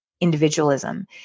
individualism